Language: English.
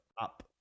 up